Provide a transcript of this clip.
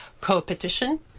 competition